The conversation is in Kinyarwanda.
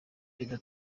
prezida